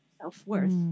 self-worth